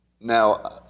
Now